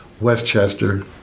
Westchester